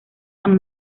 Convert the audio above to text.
san